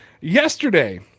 yesterday